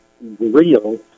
real